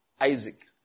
Isaac